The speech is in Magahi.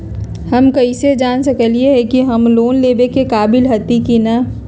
हम कईसे जान सकली ह कि हम लोन लेवे के काबिल हती कि न?